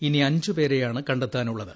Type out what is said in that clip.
ഇനി അഞ്ചു പേരെയാണ് കണ്ടെത്താനുള്ളത്